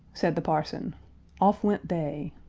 said the parson off went they.